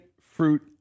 fruit